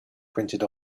printed